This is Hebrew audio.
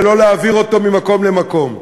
ולא להעביר אותו ממקום למקום.